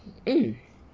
mm